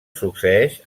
succeeix